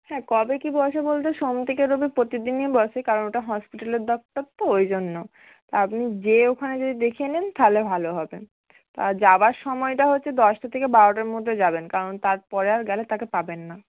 হ্যাঁ কবে কী বসে বলতে সোম থেকে রবি প্রতিদিনই বসে কারণ ওটা হসপিটালের ডাক্তার তো ওই জন্য আপনি গিয়ে ওখানে যদি দেখিয়ে নেন তাহলে ভালো হবে আর যাবার সময়টা হচ্ছে দশটা থেকে বারোটার মধ্যে যাবেন কারণ তারপরে আর গেলে তাকে পাবেন না